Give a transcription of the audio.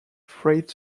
freight